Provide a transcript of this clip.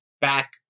back